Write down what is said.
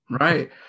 Right